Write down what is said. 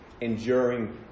enduring